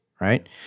right